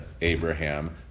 Abraham